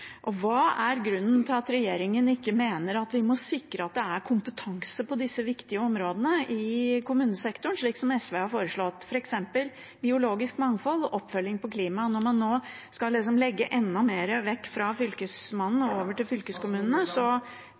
fylkeskommunene. Hva er grunnen til at regjeringen ikke mener at vi må sikre at det er kompetanse på disse viktige områdene i kommunesektoren, slik SV har foreslått, f.eks. innen biologisk mangfold og oppfølging på klima. Når man nå skal ta enda mer vekk fra fylkesmannen og legge det over til fylkeskommunene,